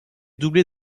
doublé